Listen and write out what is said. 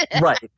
right